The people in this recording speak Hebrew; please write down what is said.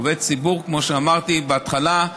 עובד ציבור, כמו שאמרתי בהתחלה,